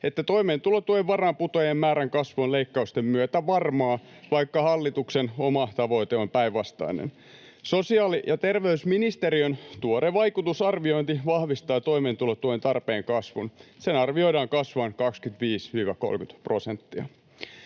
että toimeentulotuen varaan putoajien määrän kasvu on leikkausten myötä varmaa, vaikka hallituksen oma tavoite on päinvastainen. Sosiaali- ja terveysministeriön tuore vaikutusarviointi vahvistaa toimeentulotuen tarpeen kasvun: sen arvioidaan kasvavan 25—30 prosenttia.